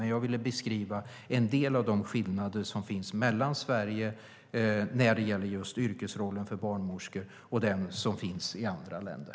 Men jag ville beskriva en del av de skillnader som finns när det gäller yrkesrollen för barnmorskor mellan Sverige och andra länder.